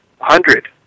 hundred